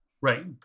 right